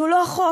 שהוא לא חוק.